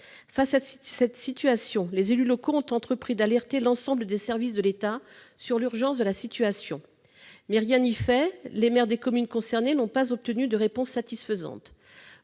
Face à cette situation, les élus locaux ont entrepris d'alerter l'ensemble des services de l'État sur l'urgence de la situation. Mais rien n'y fait, les maires des communes concernées n'ont pas obtenu de réponse satisfaisante.